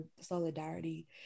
solidarity